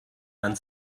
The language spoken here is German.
man